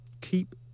keep